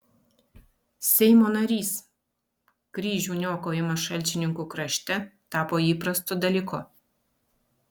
seimo narys kryžių niokojimas šalčininkų krašte tapo įprastu dalyku